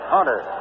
Hunter